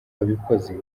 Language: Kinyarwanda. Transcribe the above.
wabikoze